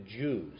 Jews